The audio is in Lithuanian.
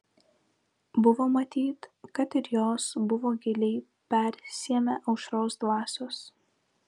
buvo matyt kad ir jos buvo giliai persiėmę aušros dvasios